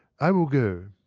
i will go.